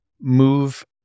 move